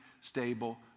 stable